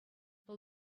вӑл